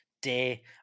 day